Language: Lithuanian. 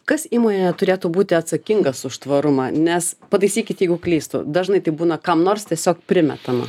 kas įmonėje turėtų būti atsakingas už tvarumą nes pataisykit jeigu klystu dažnai tai būna kam nors tiesiog primetama